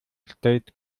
stellt